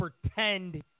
pretend